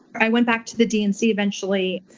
i went back to the dnc, eventually,